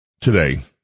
today